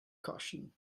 caution